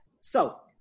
so-